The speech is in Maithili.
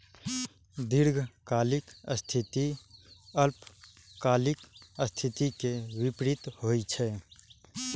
दीर्घकालिक स्थिति अल्पकालिक स्थिति के विपरीत होइ छै